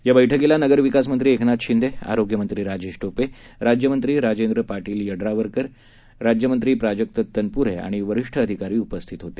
या बर्क्कीला नगरविकासमंत्री एकनाथ शिंदे आरोग्यमंत्री राजेश टोपे राज्यमंत्री राजेंद्र पाटील यड्रावकर राज्यमंत्री प्राजक्त तनपुरे आणि वरिष्ठ अधिकारी उपस्थित होते